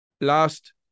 last